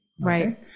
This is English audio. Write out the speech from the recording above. Right